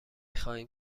خواهیم